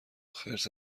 خرس